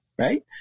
right